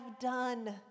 done